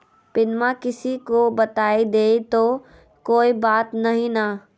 पिनमा किसी को बता देई तो कोइ बात नहि ना?